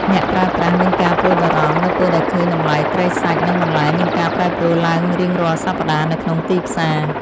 អ្នកប្រើប្រាស់មានការព្រួយបារម្ភនៅពេលដែលឃើញតម្លៃត្រីសាច់ និងបន្លែមានការប្រែប្រួលឡើងរៀងរាល់សប្តាហ៍នៅក្នុងទីផ្សារ។